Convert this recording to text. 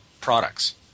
products